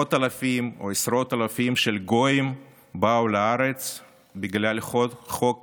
מאות אלפים או עשרות אלפי גויים באו לארץ בגלל חוק